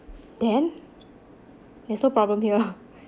then there's no problem here